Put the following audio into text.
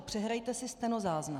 Přehrajte si stenozáznam.